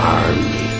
army